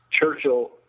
Churchill